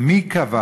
מי קבע